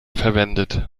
verwendet